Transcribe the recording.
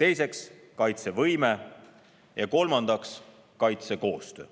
teiseks, kaitsevõime ja kolmandaks, kaitsekoostöö.